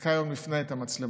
ניתקה יום לפני את המצלמות.